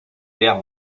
guerre